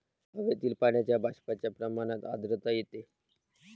हवेतील पाण्याच्या बाष्पाच्या प्रमाणात आर्द्रता येते